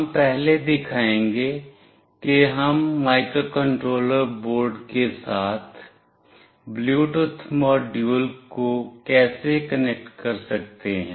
हम पहले दिखाएंगे कि हम माइक्रोकंट्रोलर बोर्ड के साथ ब्लूटूथ मॉड्यूल को कैसे कनेक्ट कर सकते हैं